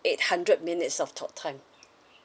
eight hundred minutes of talk time